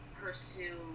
pursue